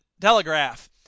Telegraph